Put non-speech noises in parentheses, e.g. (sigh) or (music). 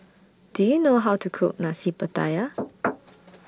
Do YOU know How to Cook Nasi Pattaya (noise)